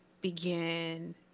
begin